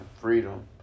freedom